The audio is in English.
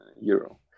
euro